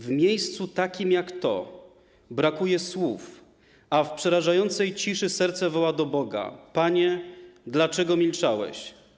W miejscu takim jak to brakuje słów, a w przerażającej ciszy serce woła do Boga: Panie, dlaczego milczałeś?